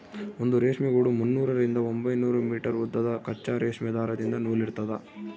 ಒಂದು ರೇಷ್ಮೆ ಗೂಡು ಮುನ್ನೂರರಿಂದ ಒಂಬೈನೂರು ಮೀಟರ್ ಉದ್ದದ ಕಚ್ಚಾ ರೇಷ್ಮೆ ದಾರದಿಂದ ನೂಲಿರ್ತದ